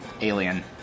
alien